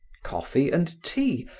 coffee and tea,